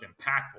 impactful